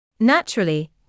Naturally